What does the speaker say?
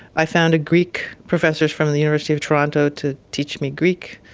i found a greek professor from the university of toronto to teach me greek,